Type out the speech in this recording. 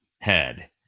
head